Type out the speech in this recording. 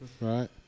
right